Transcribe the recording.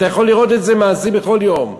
אתה יכול לראות את זה באופן מעשי בכל יום.